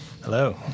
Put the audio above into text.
Hello